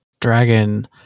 dragon